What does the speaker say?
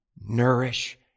Nourish